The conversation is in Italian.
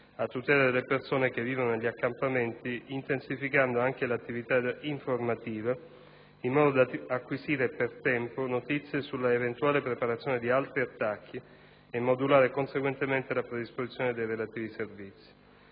a tutela delle persone che vivono negli accampamenti, intensificando anche l'attività informativa in modo da acquisire per tempo notizie sull'eventuale preparazione di altri attacchi e modulare conseguentemente la predisposizione dei relativi servizi.